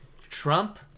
Trump